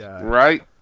right